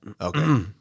Okay